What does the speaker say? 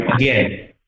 again